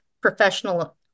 professional